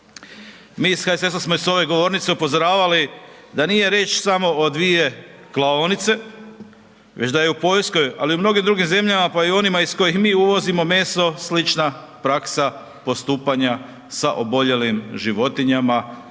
smo iz HSS-a smo i s ove govornice upozoravali da nije riječ samo o 2 klaonice, već da je u Poljskoj ali i u mnogim drugim zemljama pa i u onima iz kojih mi uvozimo meso slična praksa postupanja sa oboljelim životinjama